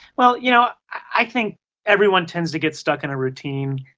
well, you know, i think everyone tends to get stuck in a routine.